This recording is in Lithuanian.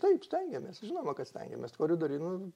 taip stengiamės žinoma kad stengiamės koridoriuj nu